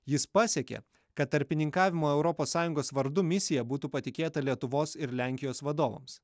jis pasiekė kad tarpininkavimo europos sąjungos vardu misija būtų patikėta lietuvos ir lenkijos vadovams